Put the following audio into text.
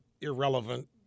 irrelevant